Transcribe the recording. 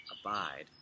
abide